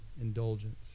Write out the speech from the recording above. indulgence